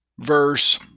Verse